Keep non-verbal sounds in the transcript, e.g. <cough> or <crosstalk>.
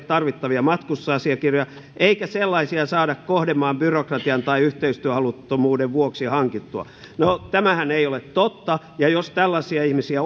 <unintelligible> tarvittavia matkustusasiakirjoja eikä sellaisia saada kohdemaan byrokratian tai yhteistyöhaluttomuuden vuoksi hankittua no tämähän ei ole totta ja jos tällaisia ihmisiä <unintelligible>